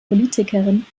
politikerin